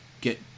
get